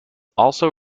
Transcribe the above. also